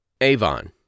Avon